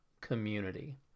community